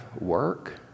work